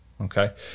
Okay